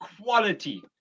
quality